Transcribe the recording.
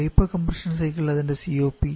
ഒരു vapour compression cycle അതിൻറെ COP